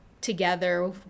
together